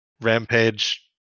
Rampage